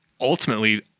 ultimately